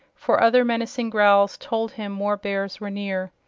for other menacing growls told him more bears were near.